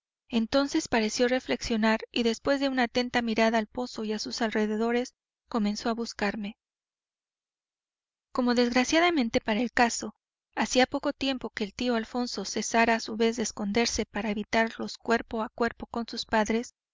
entonces pareció reflexionar y después de una atenta mirada al pozo y sus alrededores comenzó a buscarme como desgraciadamente para el caso hacía poco tiempo que el tío alfonso cesara a su vez de esconderse para evitar los cuerpo a cuerpo con sus padres